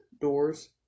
doors